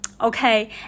okay